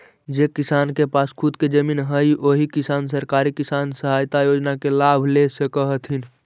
जे किसान के पास खुद के जमीन हइ ओही किसान सरकारी किसान सहायता योजना के लाभ ले सकऽ हथिन